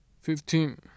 Fifteen